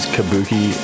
Kabuki